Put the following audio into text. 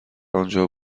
انجا